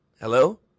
Hello